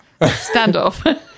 Standoff